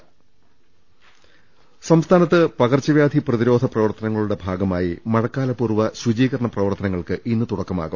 രുട്ട്ട്ട്ട്ട്ട്ട്ട സംസ്ഥാനത്ത് പകർച്ചവൃാധി പ്രതിരോധ പ്രവർത്തനങ്ങളുടെ ഭാഗമായി മഴക്കാലപൂർവ്വ ശുചീകരണ പ്രവർത്തനങ്ങൾക്ക് ഇന്ന് തുടക്കമാവും